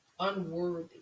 Unworthy